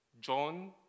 John